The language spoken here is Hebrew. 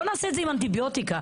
נשאלתי.